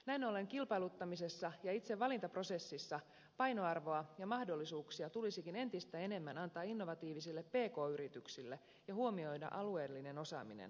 näin ollen kilpailuttamisessa ja itse valintaprosessissa painoarvoa ja mahdollisuuksia tulisikin entistä enemmän antaa innovatiivisille pk yrityksille ja huomioida alueellinen osaaminen